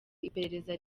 iperereza